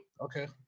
Okay